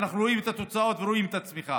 ואנחנו רואים את התוצאות ורואים את הצמיחה.